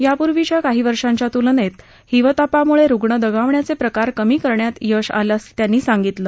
यापूर्वीच्या काही वर्षांच्या तुलनत्त हिवतापामुळ ऊंग्ण दगावण्याच प्रिकार कमी करण्यात यश आलं आह असं त्यानी सांगितलं